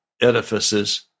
edifices